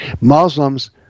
Muslims